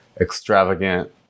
extravagant